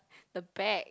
the bag